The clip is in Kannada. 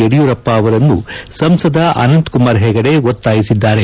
ಯಡಿಯೂರಪ್ಪ ಅವರನ್ನು ಸಂಸದ ಅನಂತ್ಕುಮಾರ್ ಹೆಗಡೆ ಒತ್ತಾಯಿಸಿದ್ದಾರೆ